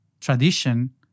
tradition